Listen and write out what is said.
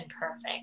perfect